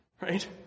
Right